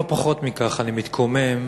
אבל לא פחות מכך אני מתקומם